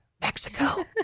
Mexico